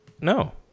No